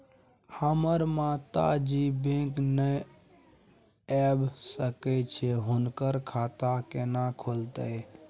हमर माता जी बैंक नय ऐब सकै छै हुनकर खाता केना खूलतै?